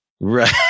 Right